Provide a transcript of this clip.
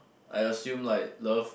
I assume like love